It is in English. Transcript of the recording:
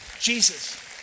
Jesus